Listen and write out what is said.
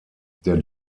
der